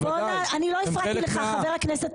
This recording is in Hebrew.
הם חלק מהעם.